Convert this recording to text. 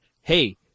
hey